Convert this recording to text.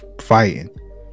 fighting